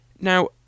now